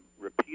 repeat